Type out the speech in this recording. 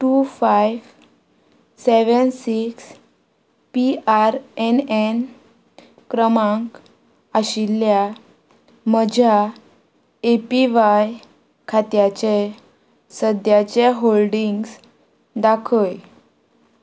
two five seven six P R N N क्रमांक आशिल्ल्या म्हज्या ए पी व्हाय खात्याचे सद्याचे होल्डिंग्स दाखय